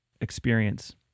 experience